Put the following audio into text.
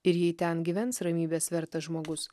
ir jei ten gyvens ramybės vertas žmogus